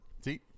See